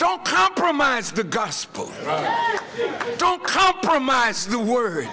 don't compromise the gospel don't compromise the word